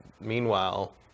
meanwhile